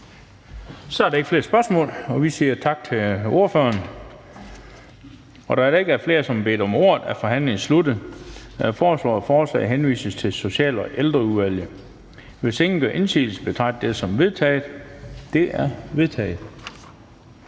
Så er der ikke flere spørgsmål. Vi siger tak til ordføreren. Da der ikke er flere, som har bedt om ordet, er forhandlingen sluttet. Jeg foreslår, at forslaget henvises til Social- og Ældreudvalget. Hvis ingen gør indsigelse, betragter jeg det som vedtaget. Det er vedtaget.